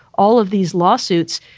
all of these lawsuits